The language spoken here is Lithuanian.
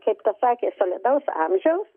kaip pasakė solidaus amžiaus